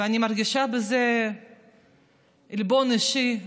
ואני מרגישה בזה עלבון אישי,